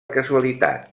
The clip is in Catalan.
casualitat